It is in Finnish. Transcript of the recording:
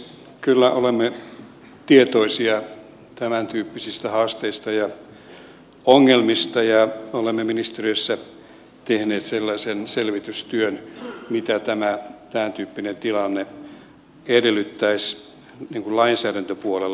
kyllä olemme tietoisia tämäntyyppisistä haasteista ja ongelmista ja olemme ministeriössä tehneet sellaisen selvitystyön mitä tämäntyyppinen tilanne edellyttäisi lainsäädäntöpuolella